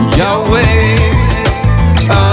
Yahweh